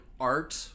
art